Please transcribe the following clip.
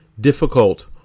difficult